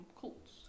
cults